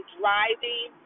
driving